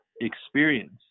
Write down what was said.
experience